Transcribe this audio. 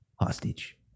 hostage